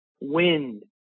wind